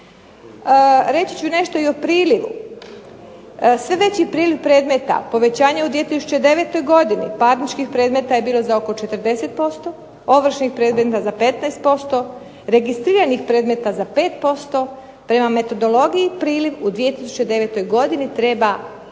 Reći ću nešto i o prilivu. Sve veći priliv predmeta, povećanje u 2009. godini, parničkih predmeta je bilo za oko 40%, ovršnih predmeta za 15%, registriranih predmeta za 5%, prema metodologiji priliv u 2009. godini treba,